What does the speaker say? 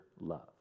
love